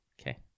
Okay